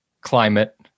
climate